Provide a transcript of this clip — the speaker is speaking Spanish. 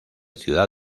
ciudad